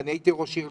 ואני הייתי ראש עיר,